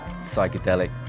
psychedelic